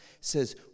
says